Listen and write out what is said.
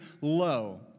low